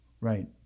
Right